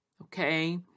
okay